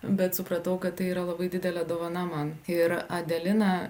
bet supratau kad tai yra labai didelė dovana man ir adelina